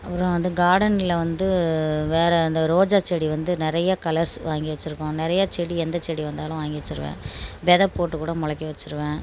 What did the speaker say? அப்புறம் வந்து கார்டனில் வந்து வேற அந்த ரோஜா செடி வந்து நிறையா கலர்ஸ் வாங்கி வச்சுருக்கோம் நிறையா செடி எந்த செடி வந்தாலும் வாங்கி வச்சுடுவேன் வெத போட்டுக்கூட முளைக்க வச்சிடுவேன்